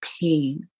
pain